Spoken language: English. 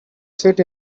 fit